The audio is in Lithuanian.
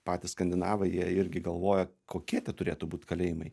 patys skandinavai jie irgi galvojo kokie tie turėtų būt kalėjimai